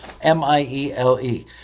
M-I-E-L-E